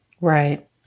Right